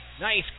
nice